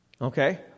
Okay